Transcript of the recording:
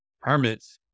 permits